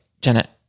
Janet